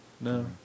No